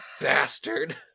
bastard